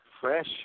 fresh